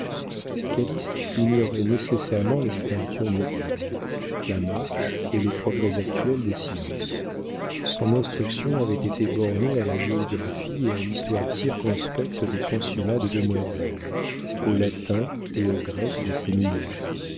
saint-nazaire calyste ignorait nécessairement la littérature moderne la marche et les progrès actuels des sciences son instruction avait été bornée à la géographie et à l'histoire circonspectes des pensionnats de demoiselles au latin et au grec des séminaires